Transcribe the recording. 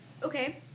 Okay